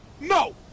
No